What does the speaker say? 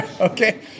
Okay